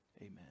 amen